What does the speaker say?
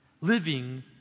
living